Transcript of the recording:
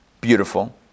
beautiful